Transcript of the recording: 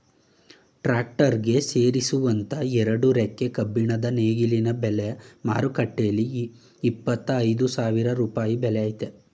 tractor ಗೆ ಸೇರಿಸುವಂತ ಎರಡು ರೆಕ್ಕೆ ಕಬ್ಬಿಣದ ನೇಗಿಲಿನ ಬೆಲೆ ಮಾರುಕಟ್ಟೆಲಿ ಇಪ್ಪತ್ತ ಐದು ಸಾವಿರ ರೂಪಾಯಿ ಬೆಲೆ ಆಯ್ತೆ